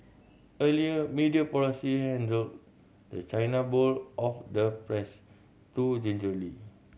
earlier media policy handled the china bowl of the press too gingerly